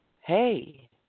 hey